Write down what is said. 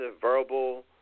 verbal